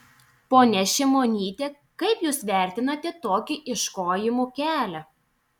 ponia šimonyte kaip jūs vertinate tokį ieškojimų kelią